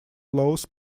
laws